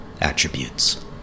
attributes